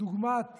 דוגמת